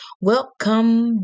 welcome